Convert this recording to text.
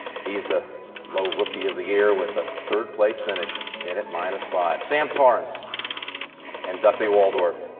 he is the low rookie of the year with a third place finish in at minus five sam torrance and duffy waldorf.